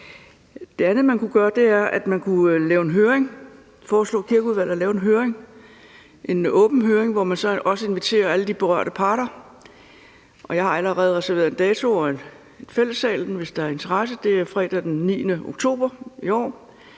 Det andet, man kunne gøre, var, at man kunne lave en høring, altså foreslå Kirkeudvalget at lave en høring, en åben høring, hvor man så også inviterer alle de berørte parter. Jeg har allerede reserveret en dato i Fællessalen, hvis der er interesse, og det er fredag den 9. oktober i år